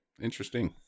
Interesting